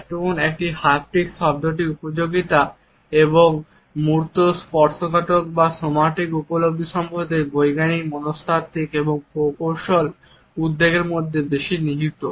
এবং হ্যাপটিক্স শব্দটির উপযোগিতা এখন মূর্ত স্পর্শকাতর বা সোমাটিক উপলব্ধি সম্পর্কে বৈজ্ঞানিক মনস্তাত্ত্বিক এবং প্রকৌশল উদ্বেগের মধ্যে বেশি নিহিত